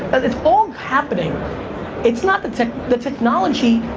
and it's all happening it's not the tech, the technology.